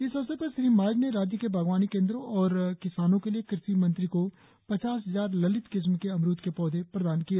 इस अवसर पर श्री माज ने राज्य के बागवानी केंद्रों और किसानों के लिए कृषि मंत्री को पचास हजार ललित किस्म के अमरुद के पौधे प्रदान किए